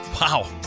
Wow